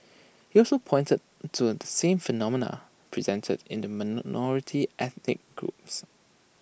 he also pointed to the same phenomena presented in the ethnic groups